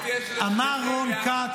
אמר רון כץ,